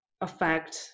affect